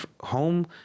home